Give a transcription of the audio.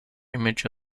image